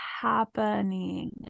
happening